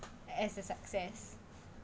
as a success